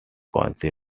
council